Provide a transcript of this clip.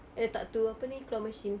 eh letak tu apa ni claw machine